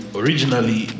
originally